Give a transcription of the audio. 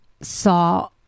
saw